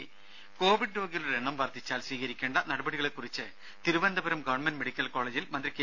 രുര കോവിഡ് രോഗികളുടെ എണ്ണം വർധിച്ചാൽ സ്വീകരിക്കേണ്ട നടപടികളെക്കുറിച്ച് തിരുവനന്തപുരം ഗവൺമെന്റ് മെഡിക്കൽ കോളേജിൽ മന്ത്രി കെ